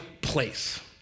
place